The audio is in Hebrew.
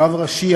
הרב הראשי,